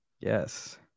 Yes